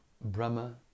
Brahma